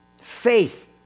Faith